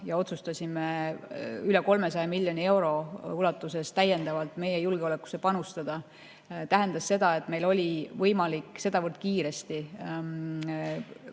ja otsustasime üle 300 miljoni täiendavalt meie julgeolekusse panustada, tähendas seda, et meil oli võimalik sedavõrd kiiresti